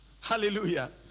hallelujah